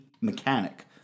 mechanic